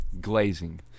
Glazing